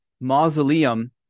mausoleum